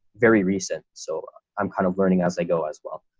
very recent. so i'm kind of learning as i go as well.